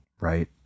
right